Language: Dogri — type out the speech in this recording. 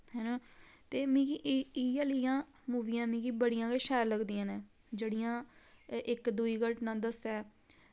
हैना ते मिगी इयै लेइयां मूवियां मिगी बड़ियां गै शैल लगदियां नै जेह्ड़ियां इक दुई धटना दसदा ऐ